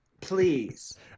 please